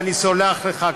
ואני סולח לך,